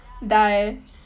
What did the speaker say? die